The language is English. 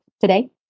today